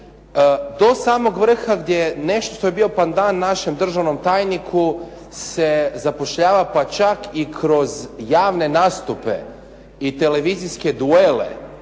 do samog vrha gdje nešto što je bio pandan našem državnom tajniku se zapošljava pa čak i kroz javne nastupe i televizijske duele